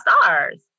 stars